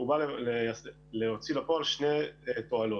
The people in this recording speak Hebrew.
בא להוציא לפועל שתי תועלות,